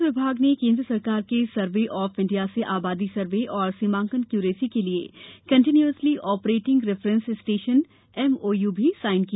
राजस्व विभाग ने केन्द्र सरकार के सर्वे ऑफ इण्डिया से आबादी सर्वे और सीमांकन एक्यूरेसी के लिए continuously operating reference station MOU भी साईन किया